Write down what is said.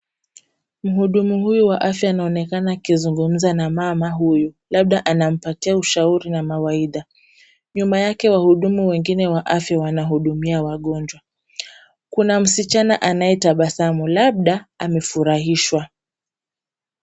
Mhudumu huyu wa afya anaonekana akizungumza na mama huyu, labda anampatia ushauri na mawaidha. Nyuma yake wahudumu wengine wa afya wanahudumia wagonjwa. Kuna msichana anayetabasamu, labda amefurahishwa.